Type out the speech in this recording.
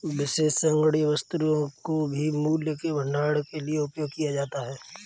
विशेष संग्रहणीय वस्तुओं को भी मूल्य के भंडारण के लिए उपयोग किया जाता है